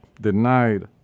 denied